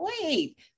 wait